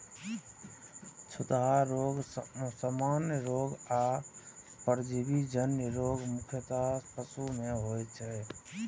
छूतहा रोग, सामान्य रोग आ परजीवी जन्य रोग मुख्यतः पशु मे होइ छै